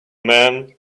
man